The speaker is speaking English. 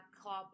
club